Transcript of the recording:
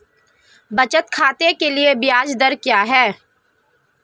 बचत खाते के लिए ब्याज दर क्या है?